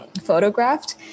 photographed